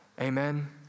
Amen